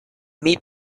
meat